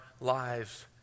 lives